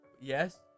Yes